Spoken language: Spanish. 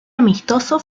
amistoso